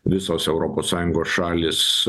visos europos sąjungos šalys